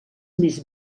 més